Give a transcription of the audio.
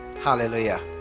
Hallelujah